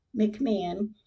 McMahon